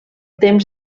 temps